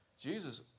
Jesus